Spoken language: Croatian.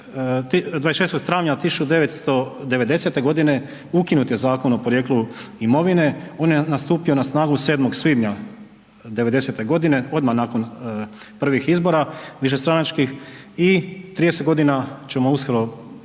26. travnja 1990. godine ukinut je Zakon o porijeklu imovine. On je stupio na snagu 7. svibnja '90. godine odmah nakon prvih izbora, višestranačkih i 30 godina ćemo uskoro obilježiti